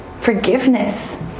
forgiveness